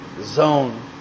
zone